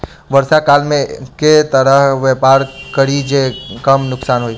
वर्षा काल मे केँ तरहक व्यापार करि जे कम नुकसान होइ?